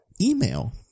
email